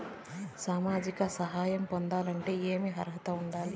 సామాజిక సహాయం పొందాలంటే ఏమి అర్హత ఉండాలి?